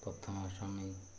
Prathamastami